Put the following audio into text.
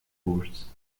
boards